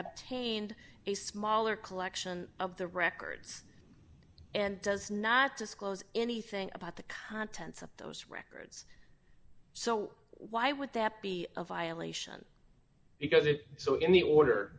obtained a smaller collection of the records and does not disclose anything about the contents of those records so why would that be a violation because it so in the order